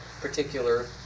particular